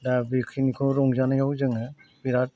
दा बेखिनिखौ रंजानायाव जोङो बिराद